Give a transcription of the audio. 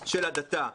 של הדתה,